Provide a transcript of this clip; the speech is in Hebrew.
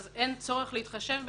אז אין צורך להתחשב בך,